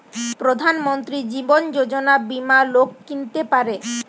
প্রধান মন্ত্রী জীবন যোজনা বীমা লোক কিনতে পারে